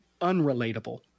unrelatable